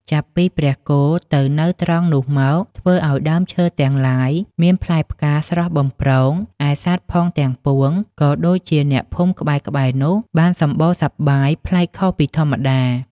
ចាប់ពីព្រះគោទៅនៅត្រង់នោះមក ធ្វើឲ្យដើមឈើទាំងឡាយមានផ្លែផ្កាស្រស់បំព្រង ឯសត្វផងទាំងពួង ក៏ដូចជាអ្នកភូមិក្បែរៗនោះបានសម្បូរសប្បាយប្លែកខុសពីធម្មតា ។